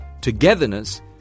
togetherness